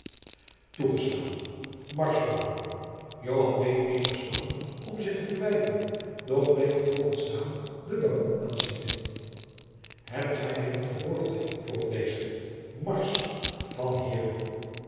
joan deed eenige stappen om zich te verwijderen doch bleef vervolgens staan den baron aanziende hebt ge mij niet gehoord vroeg deze marsch van hier